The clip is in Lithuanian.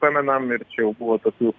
pamenam ir čia jau buvo tokių